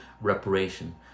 reparation